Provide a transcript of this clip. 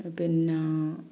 പിന്നാ